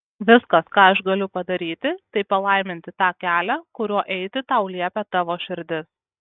viskas ką aš galiu padaryti tai palaiminti tą kelią kuriuo eiti tau liepia tavo širdis